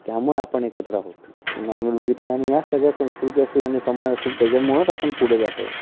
त्यामुळे आपण एकत्र आहोत नॉर्मल बघितलं आहे आणि या सगळ्या संस्कृती असेल आणि समाज असेल त्याच्यामुळंच आपण पुढे जातो आहे